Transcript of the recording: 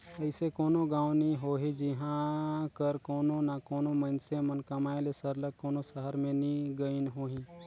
अइसे कोनो गाँव नी होही जिहां कर कोनो ना कोनो मइनसे मन कमाए ले सरलग कोनो सहर में नी गइन होहीं